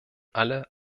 alle